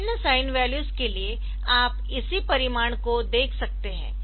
विभिन्न sine values के लिए आप इसी परिमाण को देख सकते है